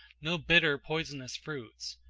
no bitter poisonous fruits,